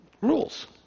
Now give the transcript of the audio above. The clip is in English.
rules